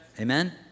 Amen